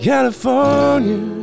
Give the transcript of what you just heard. California